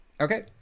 Okay